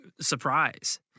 Surprise